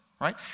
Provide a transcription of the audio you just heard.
right